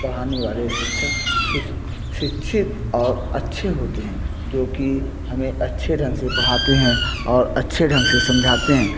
पढ़ने वाले शिक्षक सुशिक्षित और अच्छे होते हैं जो कि हमें अच्छे ढंग से पढ़ाते हैं और अच्छे ढंग से समझाते हैं